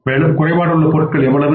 மேலும் குறைபாடுள்ள பொருட்கள் எவ்வளவு